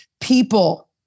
people